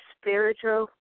spiritual